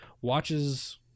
watches